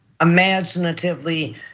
imaginatively